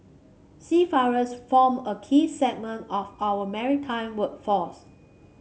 seafarers form a key segment of our maritime workforce